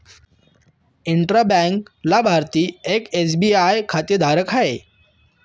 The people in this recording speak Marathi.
इंट्रा बँक लाभार्थी एक एस.बी.आय खातेधारक आहे